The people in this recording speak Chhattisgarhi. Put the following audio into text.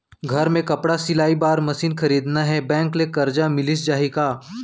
घर मे कपड़ा सिलाई बार मशीन खरीदना हे बैंक ले करजा मिलिस जाही का?